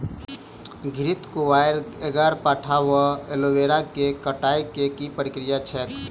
घृतक्वाइर, ग्यारपाठा वा एलोवेरा केँ कटाई केँ की प्रक्रिया छैक?